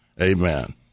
amen